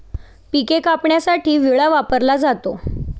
पिके कापण्यासाठी विळा वापरला जातो